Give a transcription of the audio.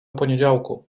poniedziałku